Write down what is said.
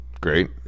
Great